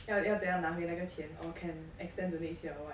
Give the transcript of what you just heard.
要要怎样拿回那个钱 or can extend to next year or [what]